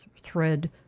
thread